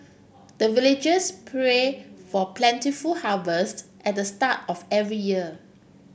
the villagers pray for plentiful harvest at the start of every year